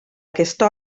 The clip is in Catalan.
aquesta